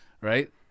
Right